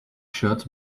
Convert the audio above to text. shirt